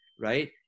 right